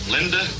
Linda